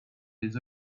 les